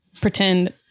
pretend